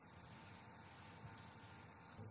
ചാലകങ്ങളുടെ reciprocity theorem II ഒരു ഉദാഹരണം